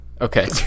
okay